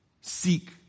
seek